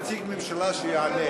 אין נציג ממשלה שיעלה.